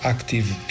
Active